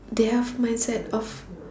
they have mindset of